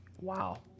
Wow